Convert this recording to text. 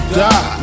die